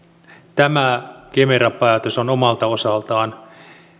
tämä kemera päätös on omalta osaltaan